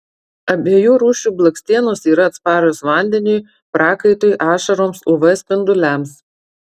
abiejų rūšių blakstienos yra atsparios vandeniui prakaitui ašaroms uv spinduliams